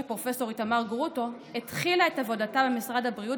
פרופ' איתמר גרוטו התחילה את עבודתה במשרד הבריאות